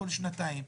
בכל שנתיים,